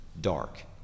dark